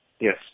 Yes